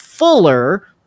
fuller